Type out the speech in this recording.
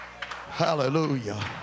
Hallelujah